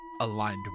aligned